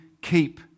keep